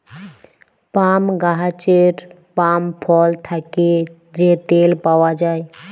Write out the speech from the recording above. পাম গাহাচের পাম ফল থ্যাকে যে তেল পাউয়া যায়